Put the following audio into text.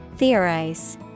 Theorize